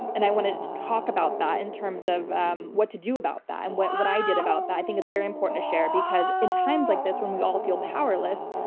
and and i want to talk about that in terms of um what to do about that and what what i did about that. i think it's very important to share because in times like this when we all feel powerless,